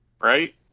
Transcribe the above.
right